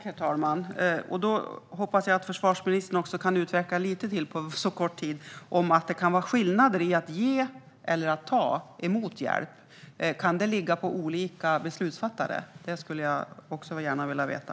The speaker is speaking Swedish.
Herr talman! Då hoppas jag att försvarsministern också kan utveckla lite mer på kort tid om att det kan finnas skillnader mellan att ge och att ta emot hjälp. Kan det ligga på olika beslutsfattare? Det skulle jag gärna vilja veta.